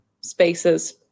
spaces